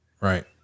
right